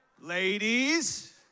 Ladies